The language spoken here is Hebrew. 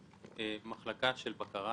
לנו מחלקה של בקרה